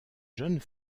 jeunes